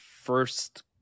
first